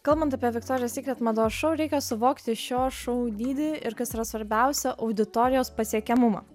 kalbant apie viktorijos sykret mados šou reikia suvokti šio šou dydį ir kas yra svarbiausia auditorijos pasiekiamumą